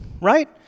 right